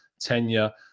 tenure